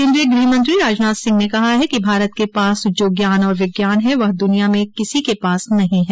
केन्द्रीय गृहमंत्री राजनाथ सिंह ने कहा है कि भारत के पास जो ज्ञान और विज्ञान है वह दुनिया में किसी के पास नहीं है